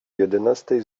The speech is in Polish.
jedenastej